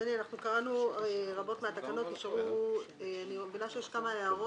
אדוני, אנחנו קראנו רבות מן התקנות.